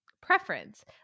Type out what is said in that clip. preference